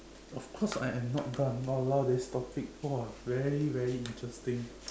of course I am not done !walao! this topic !wah! very very interesting